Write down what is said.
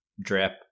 drip